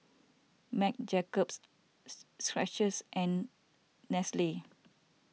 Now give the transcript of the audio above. Marc Jacobs Skechers and